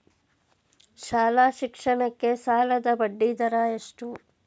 ಶಾಲಾ ಶಿಕ್ಷಣಕ್ಕೆ ಸಾಲದ ಬಡ್ಡಿದರ ಎಷ್ಟು?